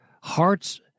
hearts